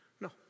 No